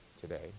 today